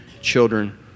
children